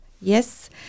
Yes